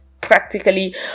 practically